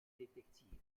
détective